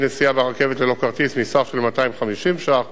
נסיעה ברכבת ללא כרטיס מסך של 250 ש"ח